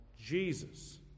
Jesus